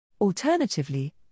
Alternatively